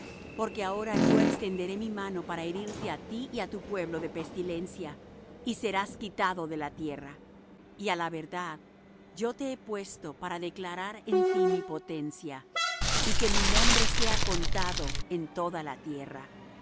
porque ahora yo extenderé mi mano para herirte á ti y á tu pueblo de pestilencia y serás quitado de la tierra y á la verdad yo te he puesto para declarar en ti mi potencia y que mi nombre sea contado en toda la tierra